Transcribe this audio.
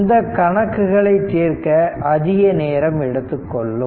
இந்த கணக்குகளை தீர்க்க அதிக நேரம் எடுத்துக்கொள்ளும்